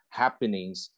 happenings